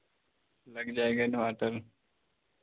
लग जाएगा इन्भर्टर